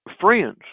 friends